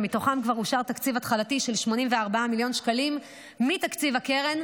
ומתוכם כבר אושר תקציב התחלתי של 84 מיליון שקל מתקציב הקרן,